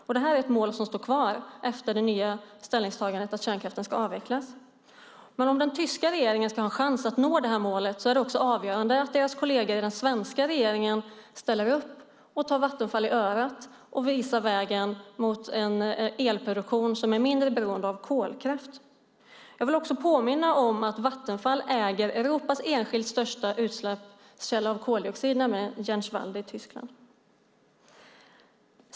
Och det här är ett mål som står kvar efter det nya ställningstagandet att kärnkraften ska avvecklas. Men om den tyska regeringen ska ha en chans att nå det här målet är det avgörande att deras kolleger i den svenska regeringen ställer upp och tar Vattenfall i örat och visar vägen mot en elproduktion som är mindre beroende av kolkraft. Jag vill också påminna om att Vattenfall äger Europas enskilt största utsläppskälla av koldioxid, nämligen Jänschwalde i Tyskland.